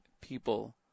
people